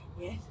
Yes